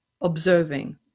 observing